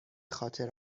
خاطر